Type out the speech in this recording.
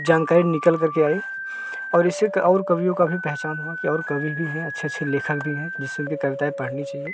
जानकारी निकल करके आई और इसी का और कवियों का भी पहचान हुआ कि और कवि भी है अच्छे अच्छे लेखक भी हैं जिससे उनकी कविताएँ पढ़नी चाहिए